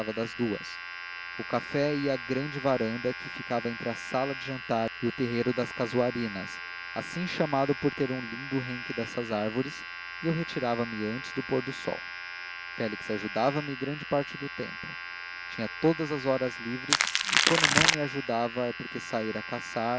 passava das duas o café ia à grande varanda que ficava entre a sala de jantar e o terreiro das casuarinas assim chamado por ter um lindo renque dessas árvores e eu retirava me antes do pôr do sol félix ajudava me grande parte do tempo tinha todas as horas livres e quando não me ajudava é porque saira a caçar